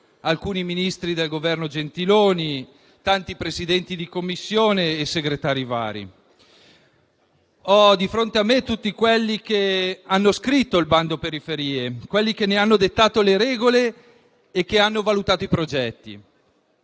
alcuni Ministri del governo Gentiloni Silveri, tanti Presidenti di Commissione e Segretari vari. Ho di fronte a me tutti quelli che hanno scritto il bando periferie, quelli che ne hanno dettato le regole e che hanno valutato i progetti.